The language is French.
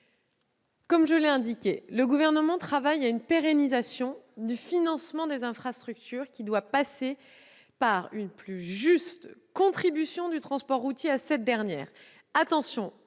comme je l'ai indiqué, le Gouvernement travaille à une pérennisation du financement des infrastructures, qui doit passer par une plus juste contribution du transport routier. Attention,